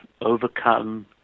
overcome